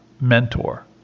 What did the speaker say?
mentor